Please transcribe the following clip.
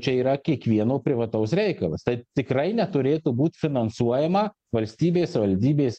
čia yra kiekvieno privataus reikalas tai tikrai neturėtų būt finansuojama valstybės savivaldybės